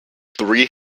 three